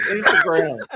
Instagram